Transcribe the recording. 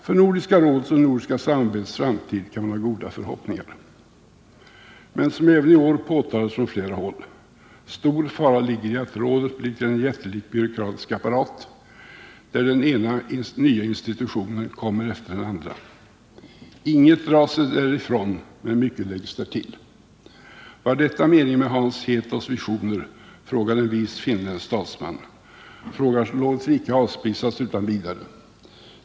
Man kan hysa goda förhoppningar om Nordiska rådets och det nordiska samarbetets framtid, men som även i år påtalats från flera håll ligger det en stor fara i att rådet blir till en jättelik byråkratisk apparat, där den ena nya institutionen kommer efter den andra. Ingenting dras ifrån, men mycket läggs därtill. Var detta meningen med Hans Hedtofts visioner? frågade en vis finländsk statsman. Frågan låter sig icke avspisas utan vidare.